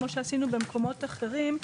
כמו שעשינו במקומות אחרים,